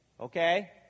okay